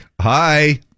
hi